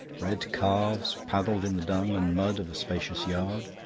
red calves paddled in the dung and mud of a spacious yard.